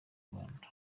rwanda